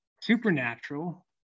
supernatural